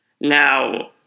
Now